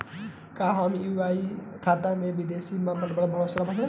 का हम यू.पी.आई खाता से विदेश म पईसा भेज सकिला?